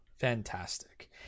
fantastic